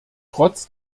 trotz